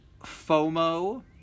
FOMO